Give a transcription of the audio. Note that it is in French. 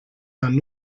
d’un